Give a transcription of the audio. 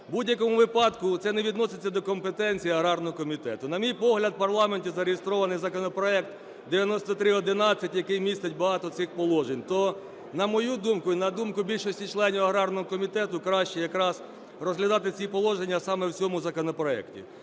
будь-якому випадку це не відноситься до компетенції аграрного комітету. На мій погляд, у парламенті зареєстрований законопроект 9311, який містить багато цих положень. То на мою думку і на думку більшості членів аграрного комітету, краще якраз розглядати ці положення саме в цьому законопроекті.